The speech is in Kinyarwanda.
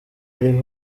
ari